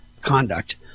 conduct